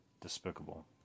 Despicable